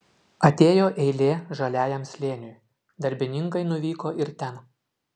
atėjo eilė žaliajam slėniui darbininkai nuvyko ir ten